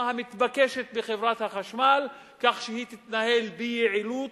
המתבקשת בחברת החשמל כך שהיא תתנהל ביעילות,